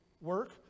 work